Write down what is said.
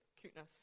cuteness